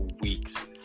weeks